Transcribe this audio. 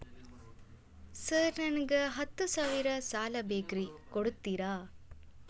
Sir ನನಗ ಹತ್ತು ಸಾವಿರ ಸಾಲ ಬೇಕ್ರಿ ಕೊಡುತ್ತೇರಾ?